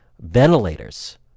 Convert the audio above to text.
ventilators